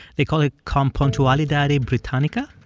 they call it com pontualidade britanica?